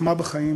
החוכמה בחיים